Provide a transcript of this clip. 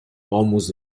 almost